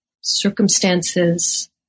circumstances